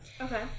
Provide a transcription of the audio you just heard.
Okay